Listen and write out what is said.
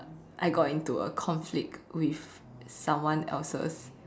I got into a conflict with someone else's